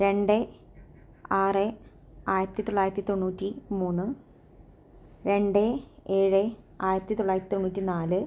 രണ്ട് ആറ് ആയിരത്തി തൊള്ളായിരത്തി തൊണ്ണൂറ്റി മൂന്ന് രണ്ട് ഏഴ് ആയിരത്തി തൊള്ളായിരത്തി തൊണ്ണൂറ്റി നാല്